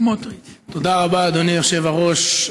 תודה רבה, אדוני היושב-ראש.